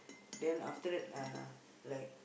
then after that uh like